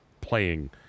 playing